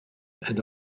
and